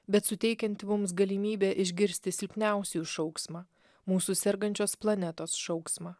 bet suteikianti mums galimybę išgirsti silpniausiųjų šauksmą mūsų sergančios planetos šauksmą